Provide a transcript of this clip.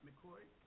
McCoy